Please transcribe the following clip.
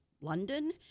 London